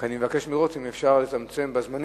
אני רק מבקש לראות אם אפשר לצמצם בזמנים,